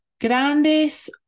grandes